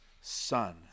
son